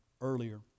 earlier